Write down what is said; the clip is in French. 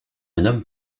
nomme